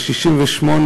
ב-1968,